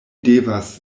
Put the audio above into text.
devas